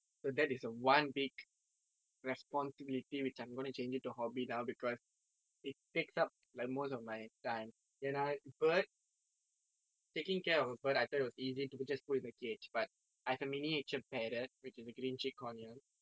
so that is one big responsibility which I'm going to change into hobby now because it takes up like most of my time and err bird taking care of bird I tell you was easy to just put in a cage but I have a miniature parrot